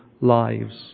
lives